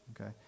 Okay